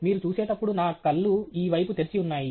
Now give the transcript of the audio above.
మీరు చూసేటప్పుడు నా కళ్ళు ఈ వైపు తెరిచి ఉన్నాయి